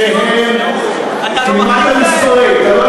אתה נותן להם 1,500 שקל.